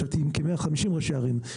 ישבתי עם כ-150 ראשי ערים,